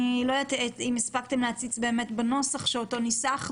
אני לא יודעת אם הספקתם להציץ בנוסח שניסחנו,